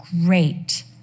great